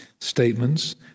statements